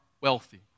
wealthy